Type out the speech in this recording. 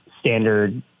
standard